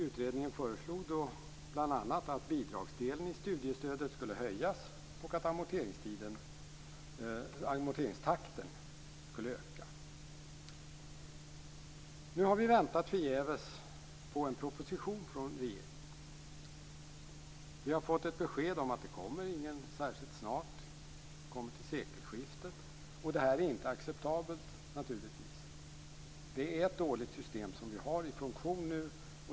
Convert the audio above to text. Utredningen föreslog bl.a. att bidragsdelen i studiestödet skulle höjas och att amorteringstakten skulle öka. Nu har vi väntat förgäves på en proposition från regeringen. Vi har fått besked om att det inte kommer någon särskilt snart. Den kommer till sekelskiftet. Det är inte acceptabelt. Det är ett dåligt system som vi har i funktion nu.